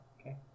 okay